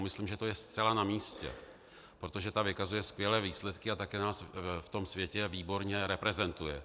Myslím, že to je zcela namístě, protože ta vykazuje skvělé výsledky a také nás ve světě výborně reprezentuje.